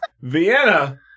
Vienna